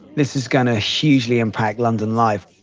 this is going to hugely impact london life.